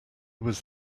was